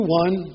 one